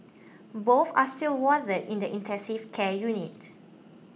both are still warded in the intensive care unit